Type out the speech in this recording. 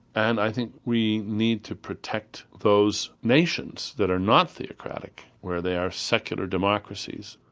and i think we need to protect those nations that are not theocratic, where they are secular democracies.